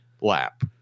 lap